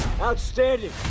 outstanding